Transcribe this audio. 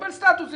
מקבל סטטוס.